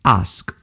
ask